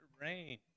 rain